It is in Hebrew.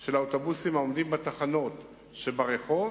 של האוטובוסים העומדים בתחנות שברחוב,